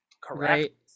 Correct